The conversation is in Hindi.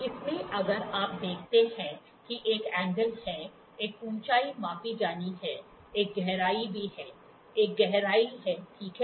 तो इसमें अगर आप देखते हैं कि एक कोण है एक ऊंचाई मापी जानी है एक गहराई भी है एक गहराई है ठीक है